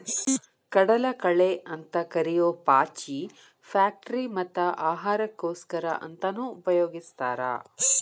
ಕಡಲಕಳೆ ಅಂತ ಕರಿಯೋ ಪಾಚಿ ಫ್ಯಾಕ್ಟರಿ ಮತ್ತ ಆಹಾರಕ್ಕೋಸ್ಕರ ಅಂತಾನೂ ಉಪಯೊಗಸ್ತಾರ